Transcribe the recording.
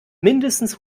mindestens